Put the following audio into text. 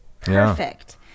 perfect